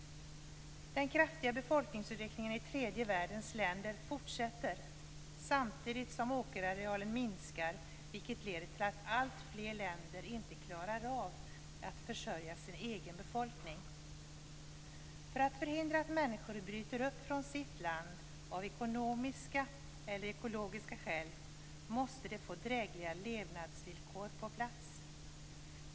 Den kraftiga befolkningsutvecklingen i tredje världens länder fortsätter samtidigt som åkerarealen minskar, vilket leder till att alltfler länder inte klarar av att försörja sin egen befolkning. För att förhindra att människor bryter upp från sitt land av ekonomiska eller ekologiska skäl måste de få drägliga levnadsvillkor på plats.